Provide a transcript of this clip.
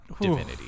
divinity